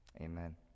Amen